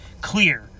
clear